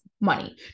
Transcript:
money